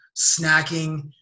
snacking